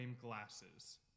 glasses